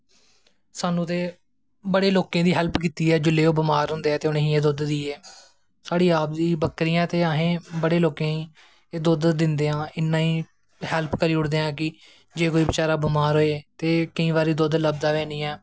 स्हानू ते बड़े लोकें दी हैल्प कीती ऐ जिसलै ओह् बमार होंदे ऐं ते एह् दुध्द देईयै साढ़े आप दी बकरियां ऐं ते असें बड़े लोकें गी एह् दुद्ध दिंदे आं इन्नी हैल्प करी ओड़दे आं कि जे कोई बमार होऐ ते केईं बारी दुध्द लब्भदा गै नी ऐ